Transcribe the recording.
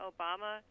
Obama